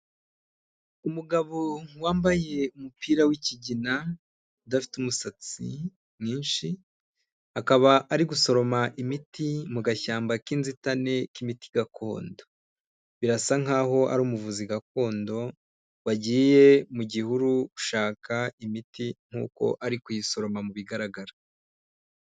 Umugabo wambaye umupira wikigina udafite umusatsi mwinshi akaba ari gusoroma imiti mu gashyamba k'inzitane k'imiti gakondo birasa nkaho ari umuvuzi gakondo wagiye mu gihuru ushaka imiti nkuko ari kuyisoroma mu bigaragara.